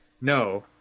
No